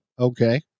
Okay